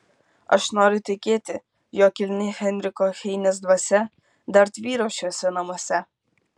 aš noriu tikėti jog kilni heinricho heinės dvasia dar tvyro šiuose namuose